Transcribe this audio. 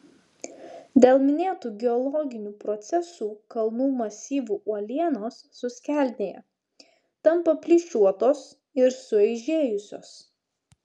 dėl minėtų geologinių procesų kalnų masyvų uolienos suskeldėja tampa plyšiuotos ir sueižėjusios